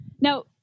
Now